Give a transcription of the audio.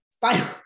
final